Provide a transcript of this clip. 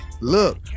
look